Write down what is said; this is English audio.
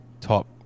top